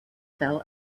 fell